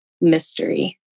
mystery